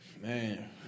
Man